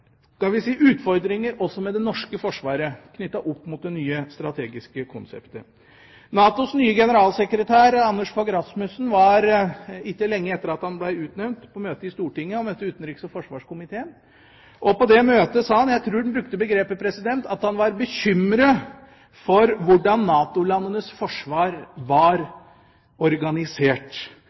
utfordringer også med det norske forsvaret knyttet opp mot det nye strategiske konseptet. NATOs nye generalsekretær, Anders Fogh Rasmussen, var ikke lenge etter at han ble utnevnt, på møte i Stortinget, der han møtte utenriks- og forsvarskomiteen. På det møtet sa han – jeg tror han brukte det begrepet – at han var bekymret for hvordan NATO-landenes forsvar var organisert.